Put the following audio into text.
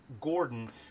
Gordon